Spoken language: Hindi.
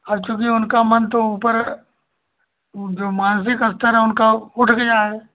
हर चूँकि उनका मन तो ऊपर ऊ जो मानसिक स्तर है उनका उठ गया है